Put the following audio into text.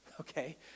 okay